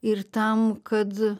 ir tam kad